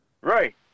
Right